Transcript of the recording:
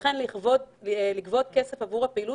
וכן לגבות כסף עבור הפעילות,